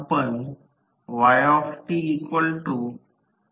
तर एकूण 24 तास जोडा आणि दिवसभर कार्यक्षमता शोधल्यास